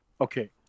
okay